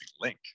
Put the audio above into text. link